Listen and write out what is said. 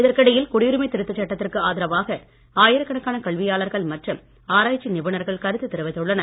இதற்கிடையில் குடியுரிமை திருத்தச் சட்டத்திற்கு ஆதரவாக ஆயிரகணக்கான கல்வியாளர்கள் மற்றும் ஆராய்ச்சி நிபுணர்கள் கருத்து தெரிவித்துள்ளனர்